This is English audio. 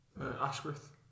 Ashworth